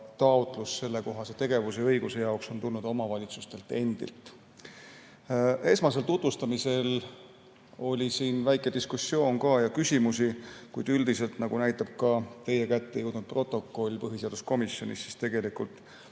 Taotlus sellekohase tegevuse ja õiguse jaoks on tulnud omavalitsustelt endilt. Esmasel tutvustamisel oli siin väike diskussioon ja oli küsimusi, kuid üldiselt, nagu näitab ka teie kätte jõudnud põhiseaduskomisjoni protokoll, tegelikult